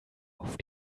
auf